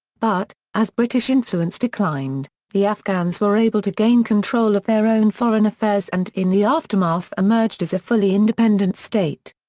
but, as british influence declined, the afghans were able to gain control of their own foreign affairs and in the aftermath emerged as a fully independent state.